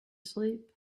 sleep